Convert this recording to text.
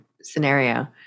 scenario